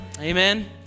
Amen